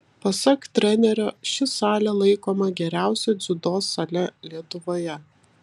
pasak trenerio ši salė laikoma geriausia dziudo sale lietuvoje